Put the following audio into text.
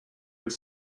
have